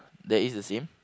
that is the same